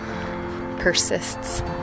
persists